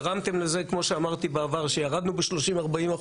גרמתם לזה, כמו שאמרתי בעבר, שירדנו ב-30%-40%.